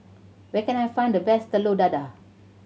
where can I find the best Telur Dadah